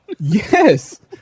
Yes